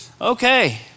Okay